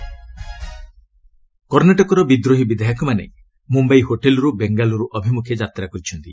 କର୍ଣ୍ଣାଟକ ଏସ୍ସି କର୍ଷ୍ଣାଟକର ବିଦ୍ରୋହୀ ବିଧାୟକମାନେ ମୁମ୍ବାଇ ହୋଟେଲ୍ରୁ ବେଙ୍ଗାଲୁରୁ ଅଭିମୁଖେ ଯାତ୍ରା କରିଛନ୍ତି